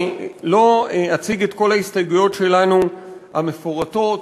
לא אציג את כל ההסתייגויות שלנו המפורטות